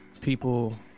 people